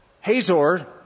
Hazor